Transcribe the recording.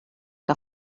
que